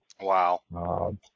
Wow